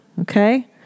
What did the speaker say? Okay